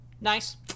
Nice